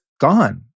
gone